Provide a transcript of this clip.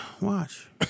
Watch